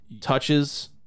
touches